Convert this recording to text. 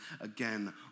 again